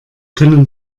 können